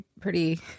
pretty-